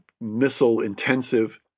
missile-intensive